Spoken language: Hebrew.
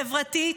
חברתית,